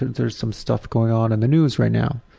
there's some stuff going on in the news right now,